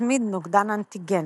תצמיד נוגדן-אנטיגן.